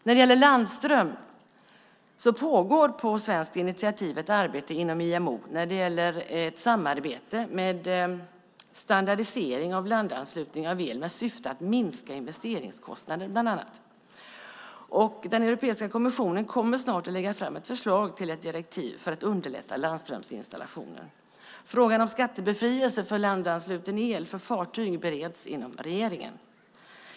När det gäller landström pågår, på svenskt initiativ, ett arbete inom IMO. Det gäller då ett samarbete om standardisering av landanslutning av el i syfte att bland annat minska investeringskostnaderna. Europeiska kommissionen kommer snart att lägga fram ett förslag till ett direktiv för att underlätta landströmsinstallationer. Frågan om skattebefrielse för landansluten el för fartyg bereds inom regeringen.